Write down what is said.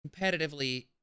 competitively